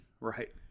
Right